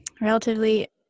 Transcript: relatively